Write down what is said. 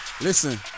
Listen